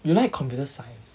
you like computer science